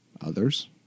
others